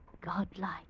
Godlike